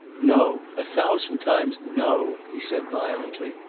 no. a thousand times, no, he said violently.